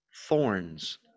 Thorns